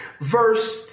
verse